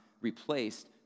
replaced